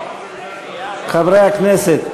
חברי הכנסת,